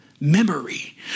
Memory